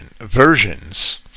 versions